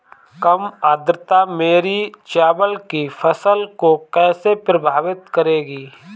कम आर्द्रता मेरी चावल की फसल को कैसे प्रभावित करेगी?